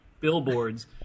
billboards